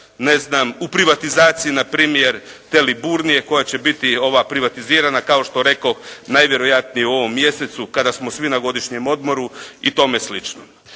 ne znam u privatizaciji npr., te "Liburnije" koja će biti ova privatizirana kao što rekoh, najvjerojatnije u ovom mjesecu, kada smo svi na godišnjem odmoru i tome slično.